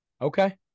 Okay